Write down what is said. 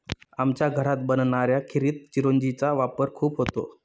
आमच्या घरात बनणाऱ्या खिरीत चिरौंजी चा वापर खूप होतो